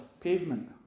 pavement